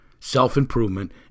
self-improvement